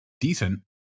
decent